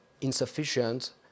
insufficient